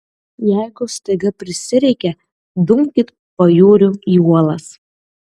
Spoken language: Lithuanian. jeigu staiga prisireikia dumkit pajūriu į uolas